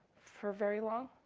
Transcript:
for very long,